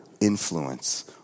Influence